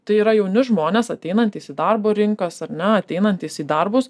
tai yra jauni žmonės ateinantys į darbo rinkas ar ne ateinantys į darbus